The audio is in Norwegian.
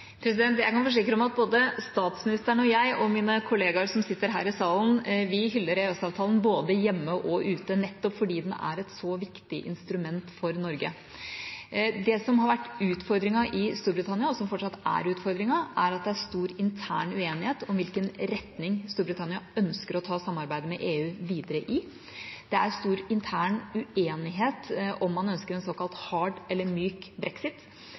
Jeg kan forsikre om at statsministeren, jeg og mine kollegaer som sitter her i salen, hyller EØS-avtalen både hjemme og ute nettopp fordi den er et så viktig instrument for Norge. Det som har vært utfordringen i Storbritannia, og som fortsatt er utfordringen, er at det er stor intern uenighet om i hvilken retning Storbritannia ønsker å ta samarbeidet med EU videre. Det er stor intern uenighet om man ønsker en såkalt hard eller myk brexit.